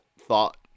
thought